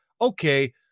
okay